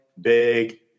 Big